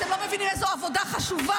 אתם לא מבינים איזו עבודה חשובה,